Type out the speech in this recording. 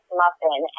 muffin